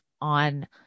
on